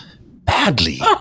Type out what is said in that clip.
badly